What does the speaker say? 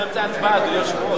אדוני היושב-ראש,